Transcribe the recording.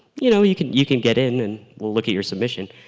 you know, you can you can get in and we'll look at your submission.